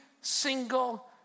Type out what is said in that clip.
single